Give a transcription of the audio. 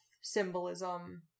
symbolism